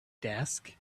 desk